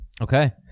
Okay